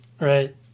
Right